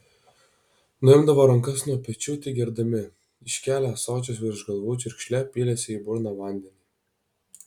nuimdavo rankas nuo pečių tik gerdami iškėlę ąsočius virš galvų čiurkšle pylėsi į burną vandenį